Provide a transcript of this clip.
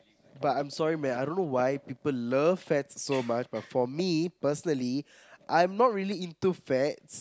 but I'm sorry man I don't know why people love fats so much but for me personally I'm not really into fats